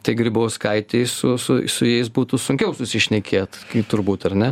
tai grybauskaitei su su su jais būtų sunkiau susišnekėt kai turbūt ar ne